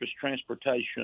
transportation